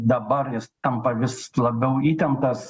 dabar jis tampa vis labiau įtemptas